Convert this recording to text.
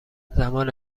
زمان